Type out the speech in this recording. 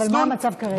אבל מה המצב כרגע?